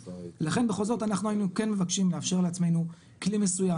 לכן בכל זאת אנחנו היינו כן מבקשים לאפשר לעצמנו כלי מסוים.